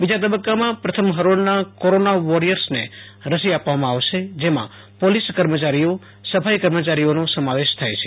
બીજા તબક્કામાં પ્રથમ ફરોળના કોરોના વોરિથર્સને રસી આપવામાં આવશે જેમાં પોલિસ કર્મચારીઓ સફાઇ કર્મચારીઓનો સમાવેશ થાય છે